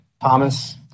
Thomas